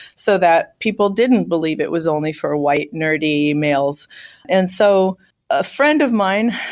so that people didn't believe it was only for white nerdy males and so a friend of mine,